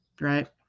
right